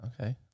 Okay